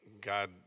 God